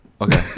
Okay